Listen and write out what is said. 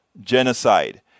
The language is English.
genocide